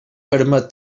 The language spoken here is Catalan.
permet